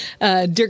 Dirk